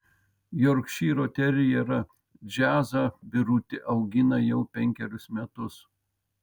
jorkšyro terjerą džiazą birutė augina jau penkerius metus